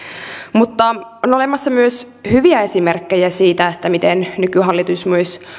mutta on olemassa myös hyviä esimerkkejä siitä miten nykyhallitus myös